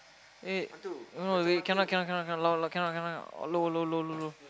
eh no no really cannot cannot cannot cannot lower lower cannot cannot cannot lower lower lower lower